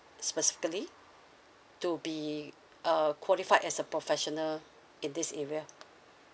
specifically to be uh qualified as a professional in this area